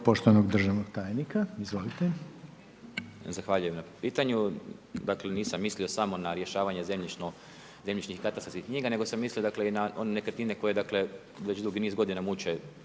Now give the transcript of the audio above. poštovanog državnog tajnika, izvolite. **Žunac, Velimir** Zahvaljujem na pitanju. Dakle nisam mislio samo na rješavanje zemljišnih katastarskih knjiga, nego sam mislio dakle i na one nekretnine koje već dugi niz godina muče,